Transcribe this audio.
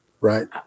right